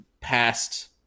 past